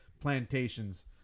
plantations